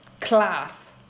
class